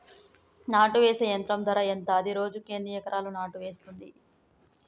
నాటు వేసే యంత్రం ధర ఎంత? అది రోజుకు ఎన్ని ఎకరాలు నాటు వేస్తుంది?